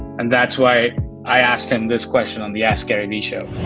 and that's why i asked him this question on the askgaryvee show.